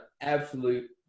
absolute